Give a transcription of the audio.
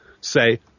say